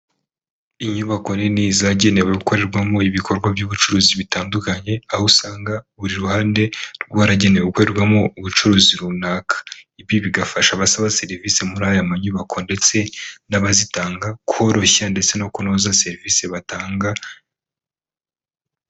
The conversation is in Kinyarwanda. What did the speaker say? Inyubako nini zagenewe gukorerwamo ibikorwa by'ubucuruzi bitandukanye, aho usanga buri ruhande rwaragenewe gukorerwamo ubucuruzi runaka. Ibi bigafasha abasaba serivise muri aya mayubakwa ndetse n'abazitanga koroshya ndetse no kunoza serivisi batanga.